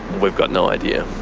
we've got no idea.